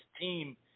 team